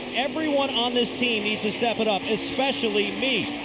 everyone on this team needs to step it up, especially me.